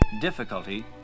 difficulty